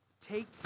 take